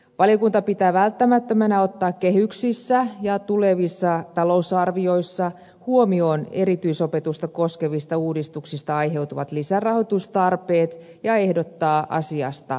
valiokunta pitää välttämättömänä ottaa kehyksissä ja tulevissa talousarvioissa huomioon erityisopetusta koskevista uudistuksista aiheutuvat lisärahoitustarpeet ja ehdottaa asiasta lausumaa